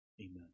Amen